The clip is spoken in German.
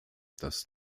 das